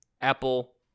Apple